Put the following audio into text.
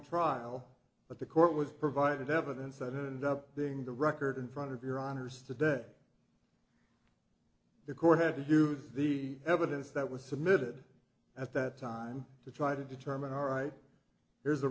trial but the court was provided evidence that it end up being the record in front of your honor's today the court had to use the evidence that was submitted at that time to try to determine all right here's